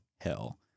hell